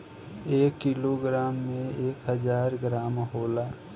एक किलोग्राम में एक हजार ग्राम होला